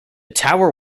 tower